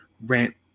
rant